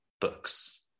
Books